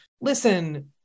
listen